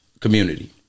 Community